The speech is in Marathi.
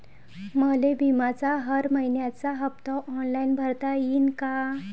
मले बिम्याचा हर मइन्याचा हप्ता ऑनलाईन भरता यीन का?